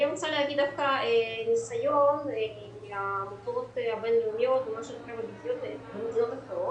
אני רוצה להגיד דווקא ניסיון מהעמותות הבין לאומיות במדינות אחרות,